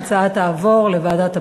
ההצעה תועבר לוועדת הפנים.